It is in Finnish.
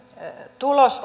tulos